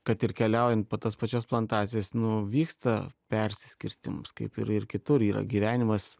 kad ir keliaujant po tas pačias plantacijas nu vyksta persiskirstyms kaip ir ir kitur yra gyvenimas